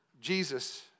Jesus